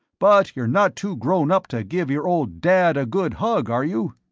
but you're not too grown-up to give your old dad a good hug, are you?